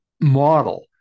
model